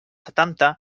setanta